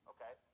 Okay